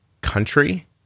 country